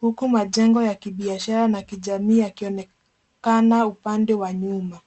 huku majengo ya kibiashara na kijamii yakionekana upande wa nyuma.